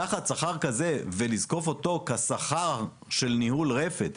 לקחת שכר כזה ולזקוף אותו כשכר של ניהול רפת,